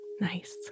Nice